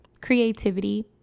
creativity